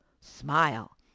Smile